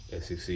SEC